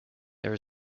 there